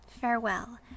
Farewell